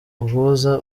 uhuza